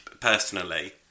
personally